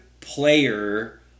player